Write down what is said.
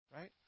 Right